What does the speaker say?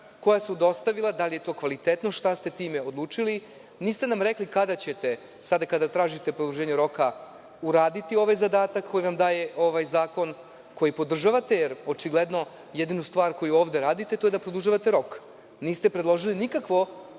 koja su dostavila, da li je to kvalitetno, šta ste time odlučili, niste nam rekli kada ćete, sada kada tražite produženje roka, uraditi ovaj zadatak koji vam daje ovaj zakon, koji podržavate, jer očigledno, jedinu stvar koju ovde radite, to je da produžavate rok. Niste predložili nikakvu